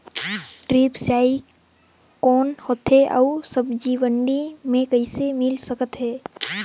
Drip सिंचाई कौन होथे अउ सब्सिडी मे कइसे मिल सकत हे?